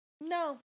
no